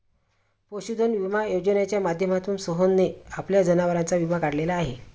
पशुधन विमा योजनेच्या माध्यमातून सोहनने आपल्या जनावरांचा विमा काढलेला आहे